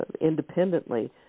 independently